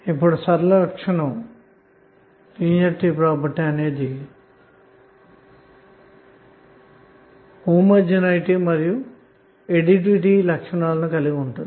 ఇప్పుడు సరళ లక్షణం అనేది సజాతీయత మరియు సంకలిత లక్షణాలు కలిగి ఉంటుంది